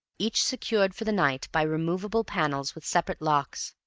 each secured for the night by removable panels with separate locks.